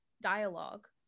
dialogue